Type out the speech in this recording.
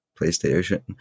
PlayStation